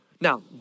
Now